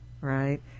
right